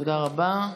תודה רבה.